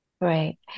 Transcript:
right